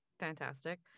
fantastic